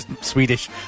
Swedish